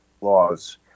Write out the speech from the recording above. laws